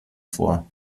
vor